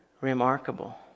remarkable